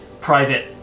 private